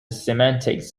semantics